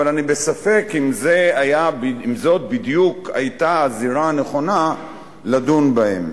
אבל אני בספק אם זאת בדיוק היתה הזירה הנכונה לדון בהם.